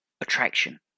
attraction